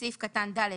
(ד)בסעיף קטן (ד),